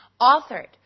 authored